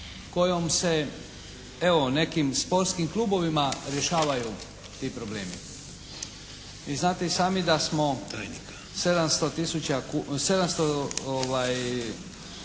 kojom se evo nekim sportskim klubovima rješavaju ti problemi. Vi znate i sami da smo 700 milijuna kuna